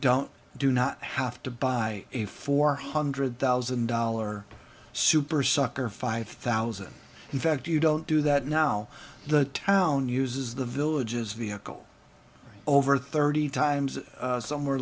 don't do not have to buy a four hundred thousand dollar super sucker five thousand in fact you don't do that now the town uses the villages vehicle over thirty times somewhere